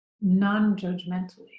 non-judgmentally